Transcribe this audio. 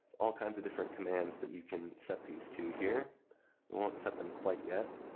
all kinds of different commands that you can set these to here. we won't set them quite yet